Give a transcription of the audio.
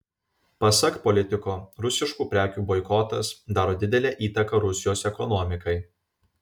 pasak politiko rusiškų prekių boikotas daro didelę įtaką rusijos ekonomikai